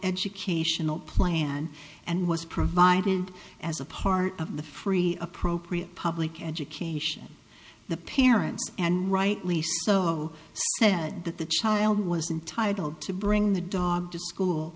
educational plan and was provided as a part of the free appropriate public education the parents and rightly so said that the child was entitled to bring the dog to school